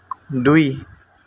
দুই